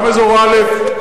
גם אזור א',